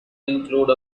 include